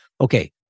okay